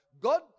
God